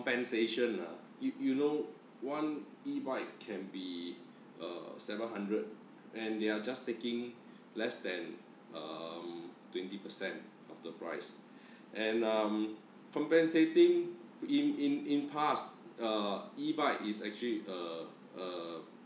compensation ah you you know one e-bike can be uh seven hundred and they're just taking less than um twenty percent of the price and um compensating in in in pass uh e-bike is actually uh uh